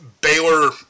Baylor